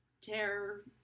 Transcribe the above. terror